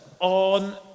on